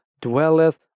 dwelleth